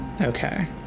Okay